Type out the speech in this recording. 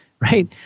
right